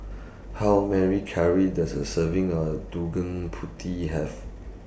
How Mary Calories Does A Serving of Putih Have